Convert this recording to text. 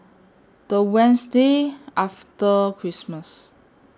The Wednesday after Christmas